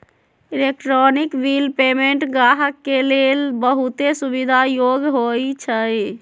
electronic bill payment गाहक के लेल बहुते सुविधा जोग्य होइ छइ